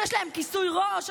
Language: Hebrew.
שיש להן כיסוי ראש,